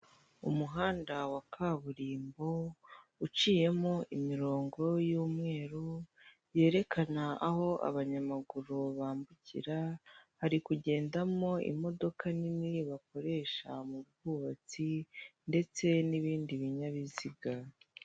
Umuhanda wa kaburimbo uciyemo imirongo y'umweru yerekana aho abanyamaguru bambukira; hari kugendamo imodoka nini bakoresha mu bwubatsi ndetse n'ibindi binyabiziga.